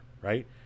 right